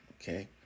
Okay